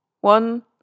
one